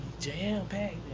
jam-packed